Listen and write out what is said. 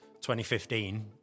2015